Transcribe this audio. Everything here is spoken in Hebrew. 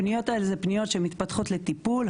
הפניות האלה זה פניות שמתפתחות לטיפול.